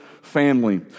family